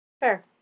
Fair